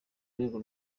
rwego